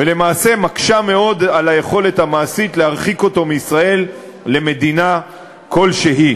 ולמעשה מקשה מאוד את היכולת המעשית להרחיק אותו מישראל למדינה כלשהי.